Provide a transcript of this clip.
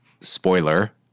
spoiler